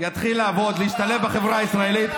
יתחיל לעבוד ולהשתלב בחברה הישראלית,